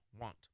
want